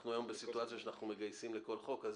אנחנו היום בסיטואציה שאנחנו מגייסים לכל חוק.